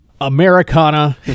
Americana